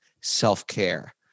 self-care